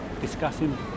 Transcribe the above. discussing